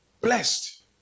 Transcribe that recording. Blessed